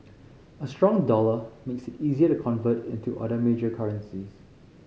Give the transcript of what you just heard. a strong dollar makes it easier to convert into other major currencies